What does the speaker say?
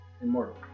immortal